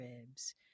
ribs